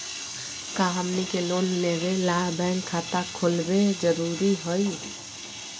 का हमनी के लोन लेबे ला बैंक खाता खोलबे जरुरी हई?